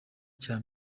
cya